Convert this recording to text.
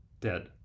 dead